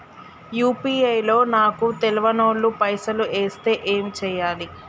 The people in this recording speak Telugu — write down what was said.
యూ.పీ.ఐ లో నాకు తెల్వనోళ్లు పైసల్ ఎస్తే ఏం చేయాలి?